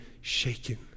shaken